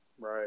Right